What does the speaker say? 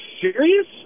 serious